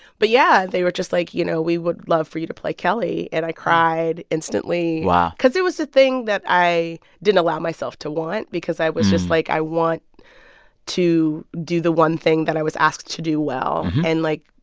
but, yeah, they were just, like, you know, we would love for you to play kelli. and i cried instantly. wow. because it was the thing that i didn't allow myself to want because i was just, like, i want to do the one thing that i was asked to do well and, like,